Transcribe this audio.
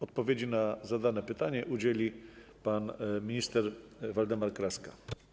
Odpowiedzi na zadane pytanie udzieli pan minister Waldemar Kraska.